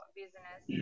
business